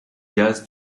gaz